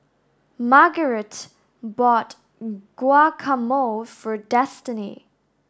Margarite bought Guacamole for Destini